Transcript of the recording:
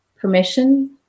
permission